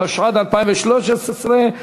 התשע"ד 2013,